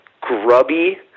grubby